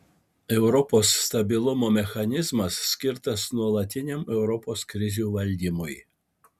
europos stabilumo mechanizmas skirtas nuolatiniam europos krizių valdymui